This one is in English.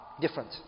different